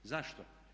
Zašto?